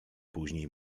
później